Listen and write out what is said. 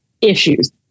issues